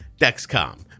dexcom